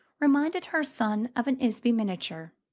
reminded her son of an isabey miniature.